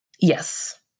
Yes